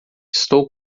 estou